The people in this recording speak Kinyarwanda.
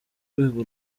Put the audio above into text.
rwego